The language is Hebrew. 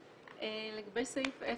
לגבי סעיף 10,